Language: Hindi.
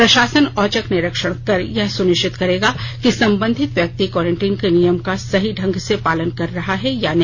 प्रशासन औचक निरीक्षण कर यह सुनिश्चित करेगा कि संबंधित व्यक्ति कोरेंटीन का नियम का सही ढंग से पालन कर रहा है या नहीं